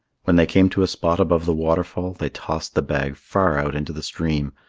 when they came to a spot above the waterfall, they tossed the bag far out into the stream.